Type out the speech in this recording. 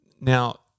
Now